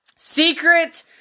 Secret